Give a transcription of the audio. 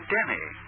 Denny